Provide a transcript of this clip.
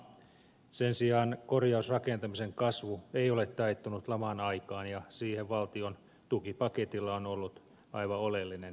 sen sijaan korjausrakentamisen kasvu ei ole taittunut laman aikaan ja siihen valtion tukipaketilla on ollut aivan oleellinen merkitys